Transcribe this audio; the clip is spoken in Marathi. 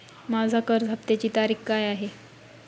माझ्या कर्ज हफ्त्याची तारीख काय आहे?